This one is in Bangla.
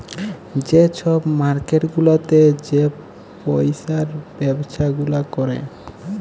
যে ছব মার্কেট গুলাতে যে পইসার ব্যবছা গুলা ক্যরে